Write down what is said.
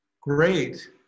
great